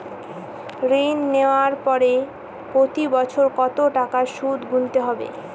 ঋণ নেওয়ার পরে প্রতি বছর কত টাকা সুদ গুনতে হবে?